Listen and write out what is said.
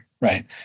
right